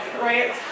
Right